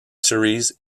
series